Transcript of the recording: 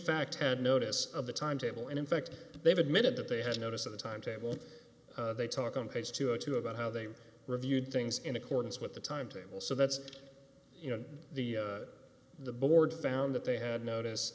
fact had notice of the timetable and in fact they've admitted that they had notice of the timetable they talk on page two of two about how they reviewed things in accordance with the timetable so that's you know the the board found that they had notice